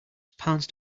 pounced